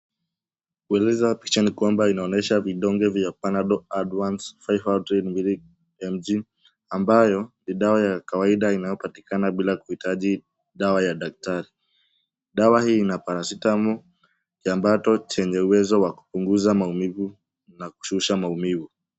Kueleza picha ni kwamba inaonyesha vidonge vya panadol advance 500 mg ambayo, ni dawa ya kawaida inayopatikana bila kuhitaji dawa ya daktari. Dawa hii ina paracetamol kiambato chenye uwezo wa kupunguza maumivu na kushusha maumivu.